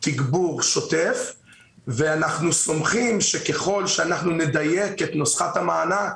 תגבור שוטף ואנחנו סומכים שככל שאנחנו נדייק את נוסחת המענק,